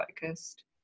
focused